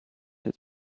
his